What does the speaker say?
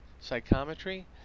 psychometry